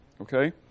okay